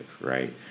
right